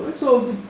so,